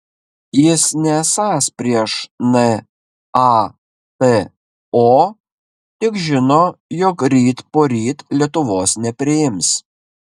jis nesąs prieš nato tik žino jog ryt poryt lietuvos nepriims